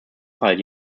fall